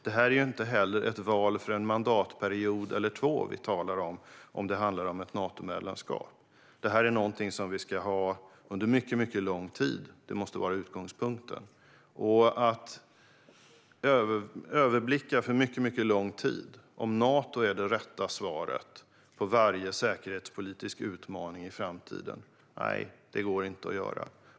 Detta är inte heller ett val för en mandatperiod eller två som vi talar om när det gäller ett Natomedlemskap. Detta är någonting som vi ska ha under mycket lång tid. Det måste vara utgångspunkten. Att överblicka för mycket lång tid om Nato är det rätta svaret på varje säkerhetspolitisk utmaning i framtiden går inte att göra.